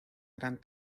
gran